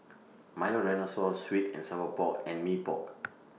Milo Dinosaur Sweet and Sour Pork and Mee Pok